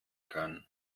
kann